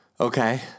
Okay